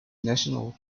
national